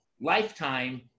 Lifetime